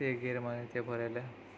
તે ગેરમારથે ભરેલા